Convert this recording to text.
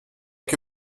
que